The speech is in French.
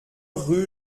rue